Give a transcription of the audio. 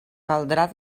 caldrà